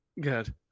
good